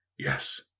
Yes